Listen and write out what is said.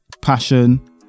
passion